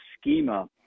schema